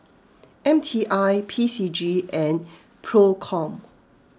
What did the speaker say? M T I P C G and Procom